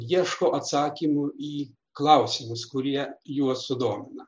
ieško atsakymų į klausimus kurie juos sudomina